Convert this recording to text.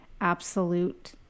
absolute